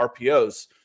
RPOs